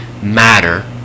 matter